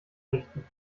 richten